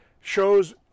shows